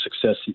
success